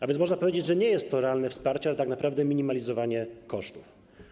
A więc można powiedzieć, że nie jest to realne wsparcie, ale tak naprawdę minimalizowanie kosztów.